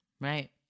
Right